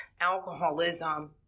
alcoholism